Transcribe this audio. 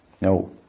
no